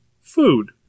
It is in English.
food